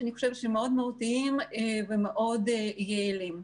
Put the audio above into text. שלדעתי הם מאוד מהותיים ומאוד יעילים.